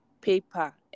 paper